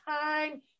time